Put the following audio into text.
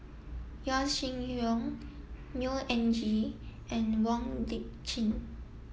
Yaw Shin Leong Neo Anngee and Wong Lip Chin